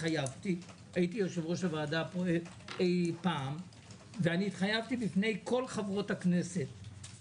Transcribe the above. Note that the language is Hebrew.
הייתי יושב-ראש הוועדה פה ואני התחייבתי בפני כל חברות הכנסת,